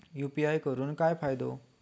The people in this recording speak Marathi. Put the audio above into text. यू.पी.आय करून काय फायदो?